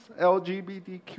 LGBTQ